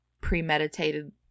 premeditated